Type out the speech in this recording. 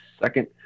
second